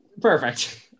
Perfect